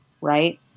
right